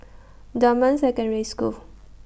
Dunman Secondary School